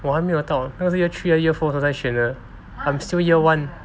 我还没有到那个是 year three year four 时候才选的 I'm still year one